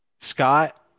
Scott